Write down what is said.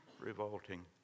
revolting